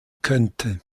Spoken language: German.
könnte